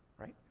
right?